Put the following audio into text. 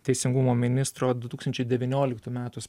teisingumo ministro du tūkstančiai devynioliktų metų